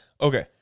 Okay